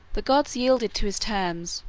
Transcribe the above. the gods yielded to his terms,